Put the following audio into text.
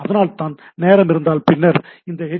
அதனால்தான் நேரம் இருந்தால் பின்னர் இந்த எச்